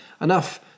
enough